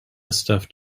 stuffed